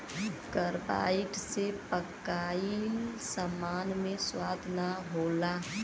carbide से पकाइल सामान मे स्वाद ना होला